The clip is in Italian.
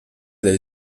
del